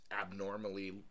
abnormally